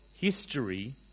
history